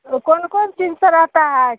और कौन कौन चिनते रहता है